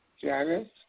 Janice